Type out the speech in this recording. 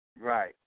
Right